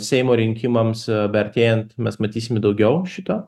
seimo rinkimams beartėjant mes matysime daugiau šito